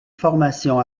formation